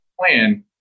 plan